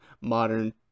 modern